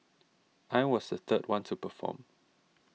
I was the third one to perform